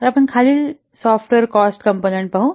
तर आपण खालील सॉफ्टवेअर कॉस्ट कॉम्पोनन्ट पाहू